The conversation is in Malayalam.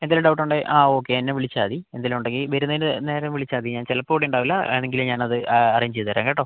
എന്തേലും ഡൗട്ട് ഉണ്ടേൽ ആ ഒക്കേ എന്നെ വിളിച്ചാ മതി എന്തേലും ഉണ്ടെങ്കീ വരുന്നേൻറ്റെ നേരം വിളിച്ചാ മതി ഞാൻ ചെലപ്പം ഇവിടെ ഉണ്ടാവില്ലാ വേണെങ്കില് ഞാൻ അറേഞ്ച് ചെയ്ത് തരാം കേട്ടോ